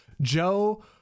joe